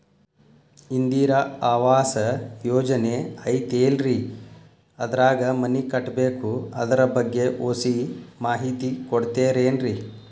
ಇಂದಿರಾ ಆವಾಸ ಯೋಜನೆ ಐತೇಲ್ರಿ ಅದ್ರಾಗ ಮನಿ ಕಟ್ಬೇಕು ಅದರ ಬಗ್ಗೆ ಒಸಿ ಮಾಹಿತಿ ಕೊಡ್ತೇರೆನ್ರಿ?